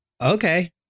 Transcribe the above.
okay